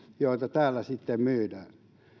joita täällä sitten myydään